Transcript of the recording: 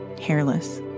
hairless